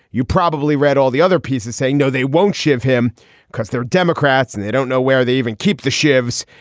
you probably read all the other pieces saying, no, they won't ship him because they're democrats and they don't know where they even keep the shifts.